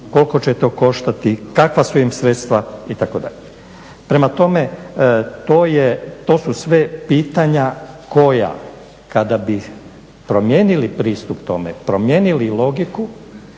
koliko će to koštati, kakva su im sredstva itd. Prema tome to su sve pitanja koja kada bi promijenili pristup tome, promijenili logiku